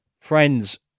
friends